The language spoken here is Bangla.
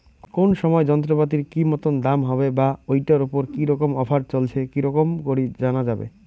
কোন সময় যন্ত্রপাতির কি মতন দাম হবে বা ঐটার উপর কি রকম অফার চলছে কি রকম করি জানা যাবে?